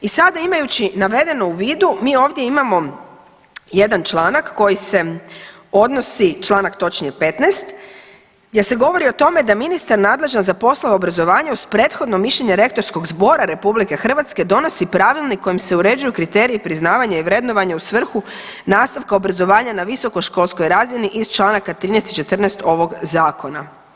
I sada imajući navedeno u vidu, mi ovdje imamo jedan članak koji se odnosi, članak točnije 15., gdje se govori o tome da ministar nadležan za poslove obrazovanja uz prethodno mišljenje Rektorskog zbora RH donosi pravilnik kojim se uređuju kriteriji priznavanja i vrednovanja u svrhu nastavka obrazovanja na visokoškolskoj razini iz Članaka 13. i 14. ovog zakona.